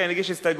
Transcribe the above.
כן, הגיש הסתייגות.